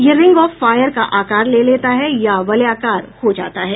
यह ring of fire का आकार ले लेता है या वलयाकार हो जाता है